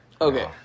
Okay